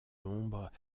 l’ombre